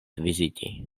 viziti